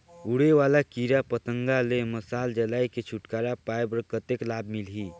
उड़े वाला कीरा पतंगा ले मशाल जलाय के छुटकारा पाय बर कतेक लाभ मिलही?